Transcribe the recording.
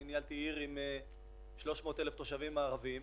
אני ניהלתי עיר עם 300,000 תושבים ערבים,